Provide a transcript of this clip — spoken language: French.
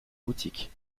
boutique